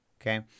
Okay